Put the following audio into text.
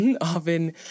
often